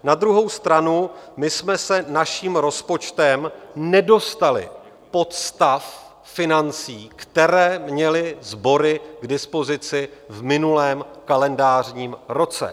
Na druhou stranu my jsme se naším rozpočtem nedostali pod stav financí, které měly sbory k dispozici v minulém kalendářním roce.